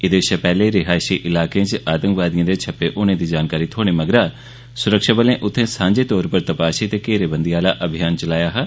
एह्दे शा पैहले रिहायशी इलाके च आतंकवादिएं दे छप्पे दे होने दी जानकारी थ्होने मगरा सुरक्षाबलें उत्थें सांझे तौरा पर तपाशी ते घेरेबंदी आह्ला अभियान चलाया हा